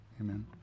amen